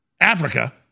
Africa